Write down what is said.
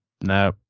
no